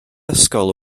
ysgol